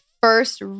first